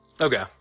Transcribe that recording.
okay